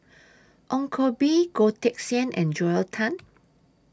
Ong Koh Bee Goh Teck Sian and Joel Tan